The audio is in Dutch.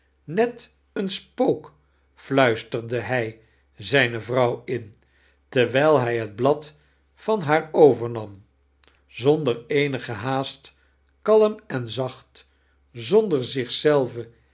net een spook fltuisterde hij zijne vrouw in terwijl hij het blad van haar overnam zonder eendge haasit kalm en zaoht zonder